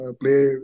play